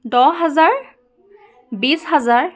দহ হাজাৰ বিছ হাজাৰ